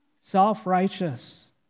self-righteous